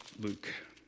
Luke